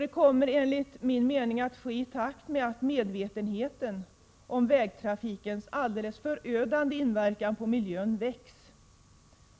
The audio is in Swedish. Det kommer enligt min mening att ske i takt med att medvetenheten om vägtrafikens alldeles förödande inverkan på miljön växer.